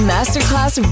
Masterclass